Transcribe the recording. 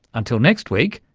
until next week,